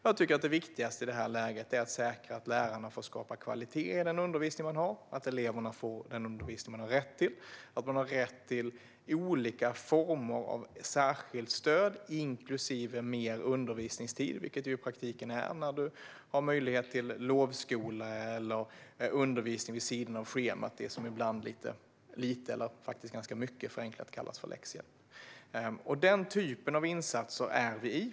Jag tycker att det viktigaste i det här läget är att säkra att lärarna får skapa kvalitet i den undervisning de bedriver och att eleverna får den undervisning de har rätt till. De har rätt till olika former av särskilt stöd inklusive mer undervisningstid, vilket det i praktiken handlar om när man ges möjlighet till lovskola eller undervisning vid sidan av schemat - det vi lite förenklat, eller faktiskt ganska mycket förenklat, kallar läxhjälp. Den typen av insatser håller vi på med.